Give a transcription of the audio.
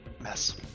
mess